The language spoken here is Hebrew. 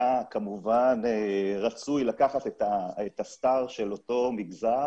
היה כמובן רצוי לקחת את הסטאר של אותו מגזר